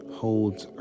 holds